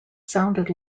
sounded